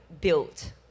built